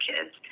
kids